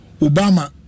Obama